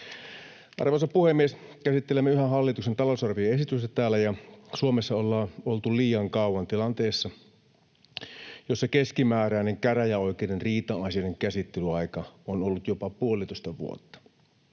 Arvoisa puhemies! Käsittelemme täällä yhä hallituksen talousarvioesitystä. Suomessa ollaan oltu liian kauan tilanteessa, jossa keskimääräinen käräjäoikeuden riita-asioiden käsittelyaika on ollut jopa puolitoista vuotta.